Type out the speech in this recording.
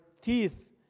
teeth